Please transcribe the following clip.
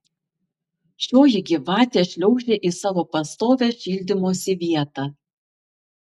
šioji gyvatė šliaužė į savo pastovią šildymosi vietą